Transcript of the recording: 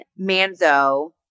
Manzo